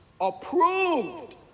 approved